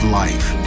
life